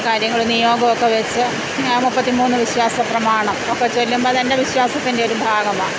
കാര്യങ്ങൾ നിയോഗമൊക്കെ വച്ച് മുപ്പത്തി മൂന്ന് വിശ്വാസ പ്രമാണം ഒക്കെ ചൊല്ലുമ്പം തന്നെ വിശ്വാസത്തിൻ്റെ ഒരു ഭാഗമാണ്